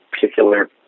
particular